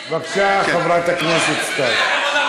בבקשה, חברת הכנסת סתיו.